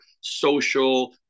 social